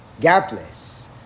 gapless